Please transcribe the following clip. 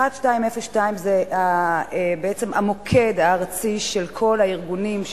1202 זה בעצם המוקד הארצי של כל הארגונים,